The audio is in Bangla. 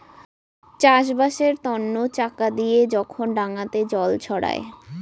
চাষবাসের তন্ন চাকা দিয়ে যখন ডাঙাতে জল ছড়ায়